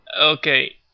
Okay